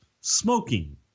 smoking